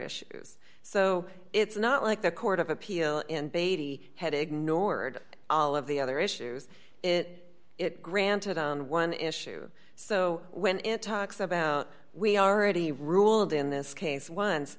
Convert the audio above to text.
issues so it's not like the court of appeal in beatty had ignored all of the other issues it it granted on one issue so when talks about we already ruled in this case once